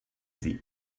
sie